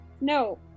No